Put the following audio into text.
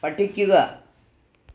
പഠിക്കുക